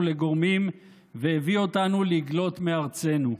לגורמים והביא אותנו לגלות מארצנו.